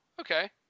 Okay